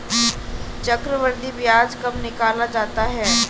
चक्रवर्धी ब्याज कब निकाला जाता है?